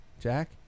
Jack